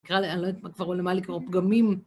נקרא ל...אני לא יודעת כבר למה לקרוא פגמים.